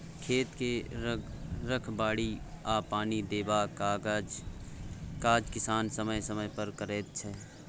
खेत के रखबाड़ी आ पानि देबाक काज किसान समय समय पर करैत छै